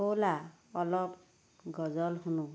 ব'লা অলপ গজল শুনো